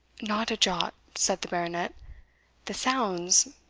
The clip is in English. not a jot, said the baronet the sounds,